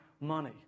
money